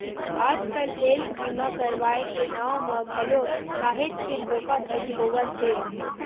आजकल हेल्थ बीमा करवाय के नांव म घलो काहेच के धोखाघड़ी होवत हे